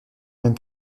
même